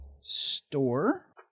store